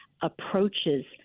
approaches